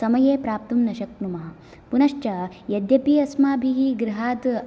समये प्राप्तुं न शक्नुमः पुनश्च यद्यपि अस्माभिः गृहात्